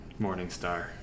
Morningstar